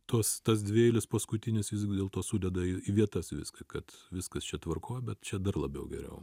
tos tas dvieilis paskutinis visgi dėlto sudeda į į vietas viską kad viskas čia tvarkoj bet čia dar labiau geriau